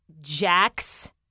Jack's